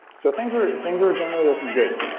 so things were things were generally looking good.